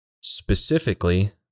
Specifically